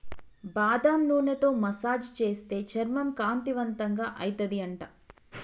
బాదం నూనెతో మసాజ్ చేస్తే చర్మం కాంతివంతంగా అయితది అంట